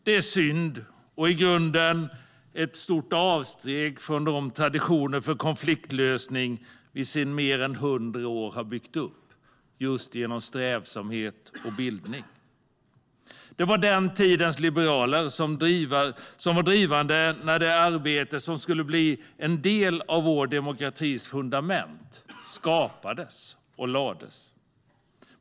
Det är synd och i grunden ett stort avsteg från de traditioner för konfliktlösning vi sedan mer än hundra år har byggt upp just genom strävsamhet och bildning. Det var den tidens liberaler som var drivande när det arbete som skulle bli en del av vår demokratis fundament skapades.